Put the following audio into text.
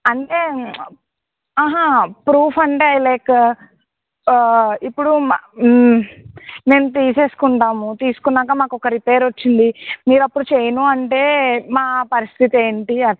అంటే అహ ప్రూఫ్ అంటే లైక్ ఇప్పుడూ మేము తీసేస్కుంటాము తీసుకున్నాక మాకొక రిపేర్ వచ్చింది మీరప్పుడు చెయ్యను అంటే మా పరిస్థితి ఏంటి